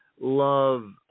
love